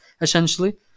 essentially